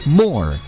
more